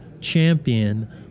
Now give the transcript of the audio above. champion